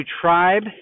tribe